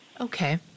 Okay